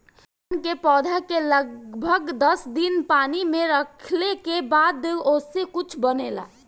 सन के पौधा के लगभग दस दिन पानी में रखले के बाद ओसे कुछू बनेला